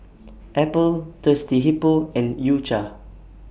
Apple Thirsty Hippo and U Cha